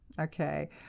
Okay